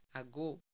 ago